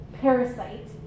parasite